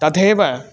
तथैव